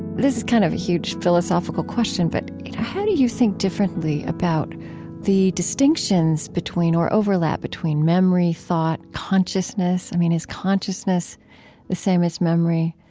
this is kind of a huge philosophical question, but how do you think differently about the distinctions between, or overlap between memory, thought, consciousness? i mean, is consciousness the same as memory?